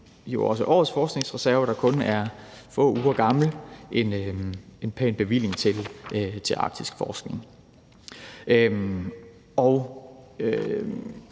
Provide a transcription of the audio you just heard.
indebærer årets forskningsreserve, der jo kun er få uger gammel, en pæn bevilling til arktisk forskning.